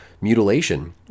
mutilation